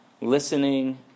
listening